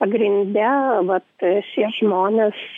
pagrinde vat šie žmonės